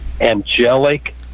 Angelic